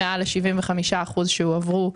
מעל ל-75% שהועברו בעבר.